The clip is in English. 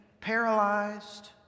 paralyzed